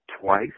twice